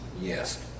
Yes